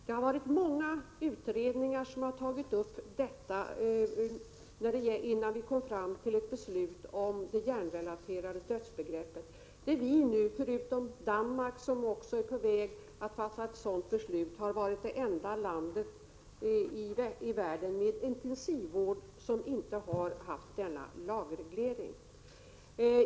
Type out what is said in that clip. Det har varit många utredningar innan vi fattade beslut om det hjärnrelaterade dödsbegreppet. Sverige har, förutom Danmark, som också är på väg att fatta ett sådant beslut, varit det enda land i världen med intensivvård som inte haft denna lagreglering.